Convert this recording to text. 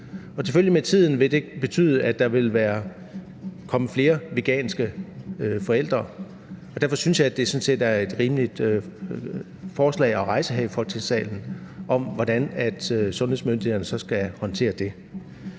vil selvfølgelig med tiden betyde, at der vil komme flere veganske forældre, og derfor synes jeg, at det sådan set er et rimeligt forslag at rejse her i Folketingssalen, altså i forhold til hvordan sundhedsmyndighederne så skal håndtere det.